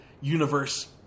universe